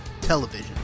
television